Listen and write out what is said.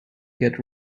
get